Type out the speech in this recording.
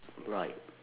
right